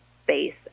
Space